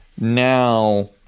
now